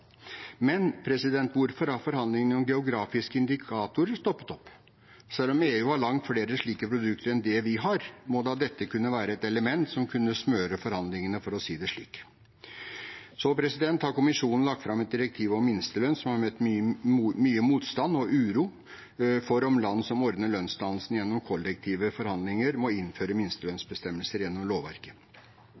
Men hvorfor har forhandlingene om geografiske indikatorer stoppet opp? Selv om EU har langt flere slike produkter enn det vi har, må da dette kunne være et element som kunne smøre forhandlingene, for å si det slik. Kommisjonen har lagt fram et direktiv om minstelønn, som har møtt mye motstand og uro for om land som ordner lønnsdannelsen gjennom kollektive forhandlinger, må innføre minstelønnsbestemmelser gjennom lovverket.